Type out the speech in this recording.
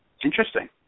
Interesting